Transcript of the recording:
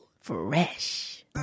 fresh